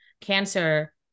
cancer